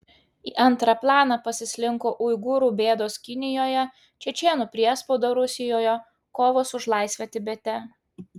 į antrą planą pasislinko uigūrų bėdos kinijoje čečėnų priespauda rusijoje kovos už laisvę tibete